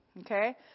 okay